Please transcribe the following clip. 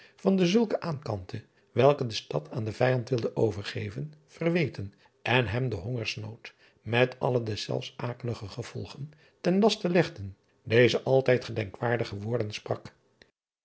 van dezulken aankantte welke de stad aan den vijand wilden overgeven verweten en hem den hongersnood met alle deszelfs akelige gevolgen ten laste legden deze altijd gedenkwaardige woorden sprak